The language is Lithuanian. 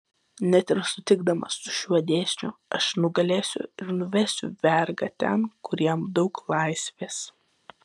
net ir sutikdamas su šiuo dėsniu aš nugalėsiu ir nuvesiu vergą ten kur jam daug laisvės